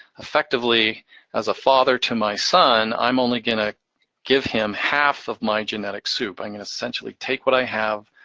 effectively as a father to my son, i'm only gonna give him half of my genetic soup. i'm gonna essentially take what i have,